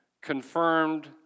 confirmed